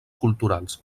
culturals